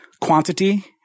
quantity